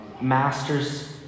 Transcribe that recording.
master's